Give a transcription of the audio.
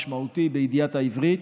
פער משמעותי בידיעת העברית.